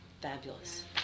Fabulous